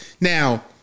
Now